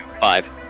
Five